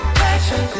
passion